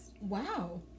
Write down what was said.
Wow